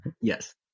Yes